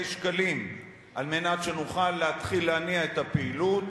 שקלים כדי שנוכל להתחיל להניע את הפעילות.